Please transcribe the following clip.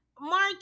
Mark